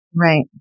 Right